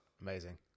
Amazing